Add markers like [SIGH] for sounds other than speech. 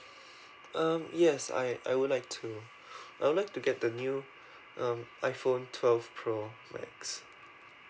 um yes I I would like to [BREATH] I would like to get the new um iphone twelve pro max